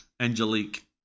Angelique